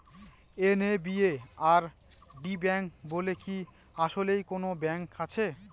NABARD bank বলে কি আসলেই কোনো ব্যাংক আছে?